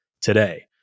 today